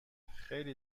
خیلی